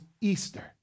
Easter